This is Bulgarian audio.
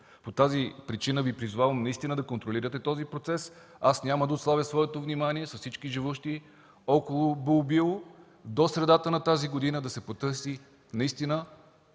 По тази причина Ви призовавам да контролирате този процес. Аз няма да отслабя своето внимание с всички живущи около „Булбио” – до средата на тази година да се потърси основно